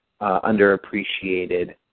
under-appreciated